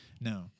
no